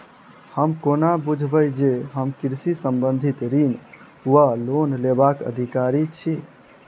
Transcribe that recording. हम कोना बुझबै जे हम कृषि संबंधित ऋण वा लोन लेबाक अधिकारी छी?